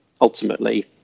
ultimately